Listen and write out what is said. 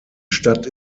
stadt